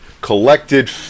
collected